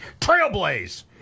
Trailblaze